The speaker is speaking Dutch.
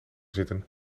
zitten